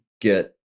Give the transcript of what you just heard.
get